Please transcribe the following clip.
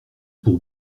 pour